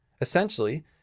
Essentially